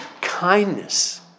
kindness